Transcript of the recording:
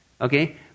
Okay